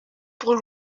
pour